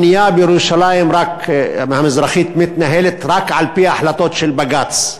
הבנייה בירושלים המזרחית מתנהלת רק על-פי החלטות של בג"ץ.